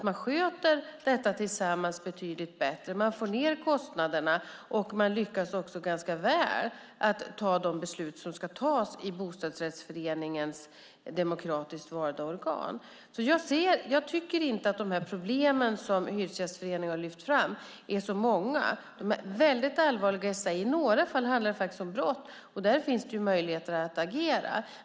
Man sköter detta tillsammans betydligt bättre, man får ned kostnaderna och man lyckas också ganska väl fatta de beslut som ska tas i bostadsrättsföreningens demokratiskt valda organ. Jag tycker inte att de problem som Hyresgästföreningen har lyft fram är så många. De är väldigt allvarliga i sig. I några fall handlar det faktiskt om brott. Där finns det ju möjligheter att agera.